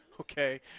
okay